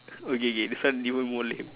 okay okay this one even more lame